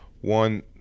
One